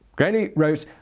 gralley wrote,